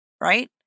right